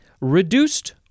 reduced